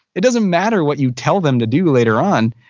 it doesn't matter what you tell them to do later on.